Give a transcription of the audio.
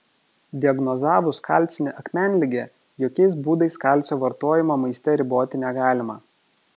diagnozavus kalcinę akmenligę jokiais būdais kalcio vartojimo maiste riboti negalima